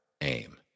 aim